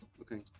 Okay